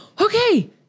okay